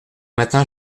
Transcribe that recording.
matin